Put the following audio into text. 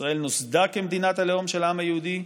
ישראל נוסדה כמדינת הלאום של העם היהודי,